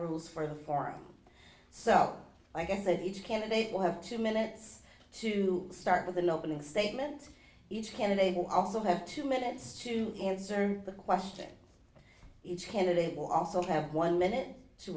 rules for the forum so i guess that each candidate will have two minutes to start with an opening statement each candidate will also have two minutes to answer the question each candidate will also have one minute t